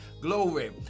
glory